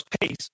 pace